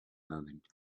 moment